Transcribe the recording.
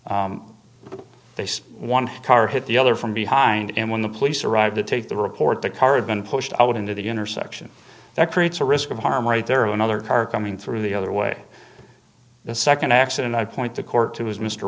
to one car hit the other from behind him when the police arrived to take the report the car had been pushed out into the intersection that creates a risk of harm right there another car coming through the other way the second accident i'd point the court to was mr